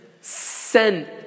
sent